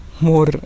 more